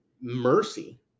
mercy